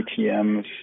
ATMs